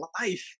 life